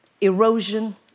erosion